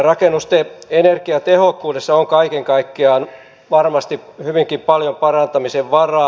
rakennusten energiatehokkuudessa on kaiken kaikkiaan varmasti hyvinkin paljon parantamisen varaa